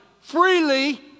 Freely